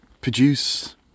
produce